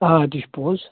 آ تہِ چھِ پوٚز